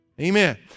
Amen